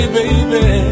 baby